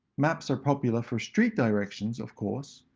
maps are popular for street directions, of course,